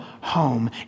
home